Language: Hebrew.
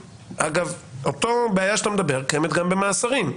אגב, אותה בעיה שאתה מדבר קיימת גם במאסרים.